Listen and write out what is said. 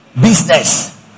Business